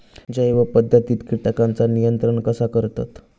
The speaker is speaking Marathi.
जैव पध्दतीत किटकांचा नियंत्रण कसा करतत?